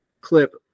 clip